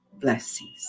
blessings